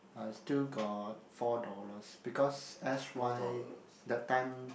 I still got four dollars because s_y that time